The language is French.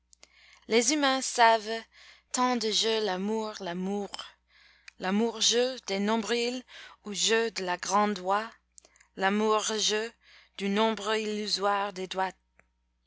les humains savent tant de jeux l'amour la mourre l'amour jeu des nombrils ou jeu de la grande oie la mourre jeu du nombre illusoire des doigts